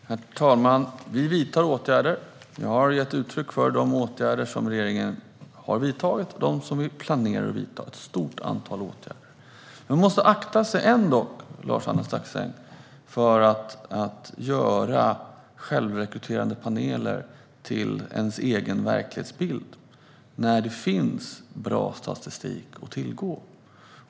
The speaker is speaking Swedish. Herr talman! Vi vidtar åtgärder. Jag har gett uttryck för de åtgärder som regeringen har vidtagit och dem vi planerar att vidta. Det handlar om ett stort antal åtgärder. Man måste dock, Lars-Arne Staxäng, akta sig för att göra självrekryterade paneler till sin egen verklighetsbild när det finns bra statistik att tillgå.